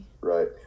Right